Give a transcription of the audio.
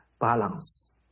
balance